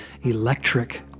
electric